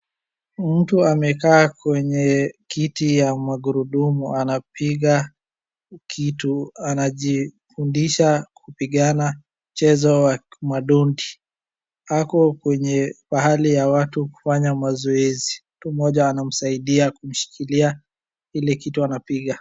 Mtu amekaa kwenye kiti ya magurudumu, anapiga kitu, anajifundisha kupigana mchezo wa madondi. Hako kwenye pahali ya watu kufanya mazoezi. Mtu mmoja anamsaidia kushikilia ile kitu anapiga.